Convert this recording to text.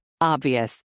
Obvious